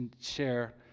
share